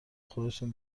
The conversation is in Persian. خودتون